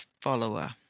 follower